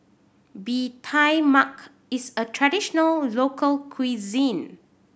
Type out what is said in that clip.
Bee Tai Mak is a traditional local cuisine